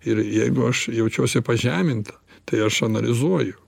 ir jeigu aš jaučiuosi pažeminta tai aš analizuoju